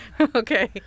Okay